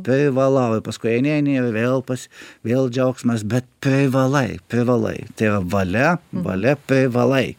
privalau ir paskui eini eini ir vėl pas vėl džiaugsmas bet privalai privalai tai yra valia valia privalai